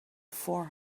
four